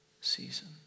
season